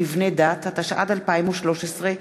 התשע"ד 2013,